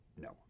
No